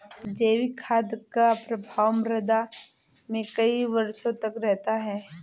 जैविक खाद का प्रभाव मृदा में कई वर्षों तक रहता है